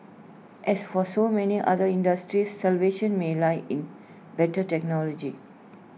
as for so many other industries salvation may lie in better technology